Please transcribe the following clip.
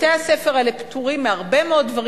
בתי-הספר האלה פטורים מהרבה מאוד דברים